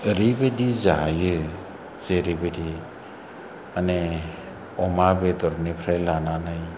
ओरैबायदि जायो जेरैबायदि माने अमा बेदरनिफ्राय लानानै